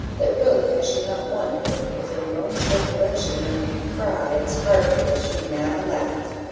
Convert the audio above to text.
that really i should not wonder if a moment's recollection made you cry as heartily as you now laugh.